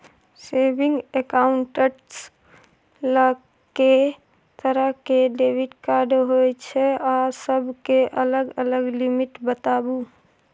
Saving accounts ल के तरह के डेबिट कार्ड होय छै आ सब के अलग अलग लिमिट बताबू?